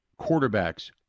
quarterbacks